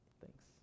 Thanks